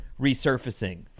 resurfacing